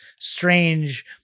strange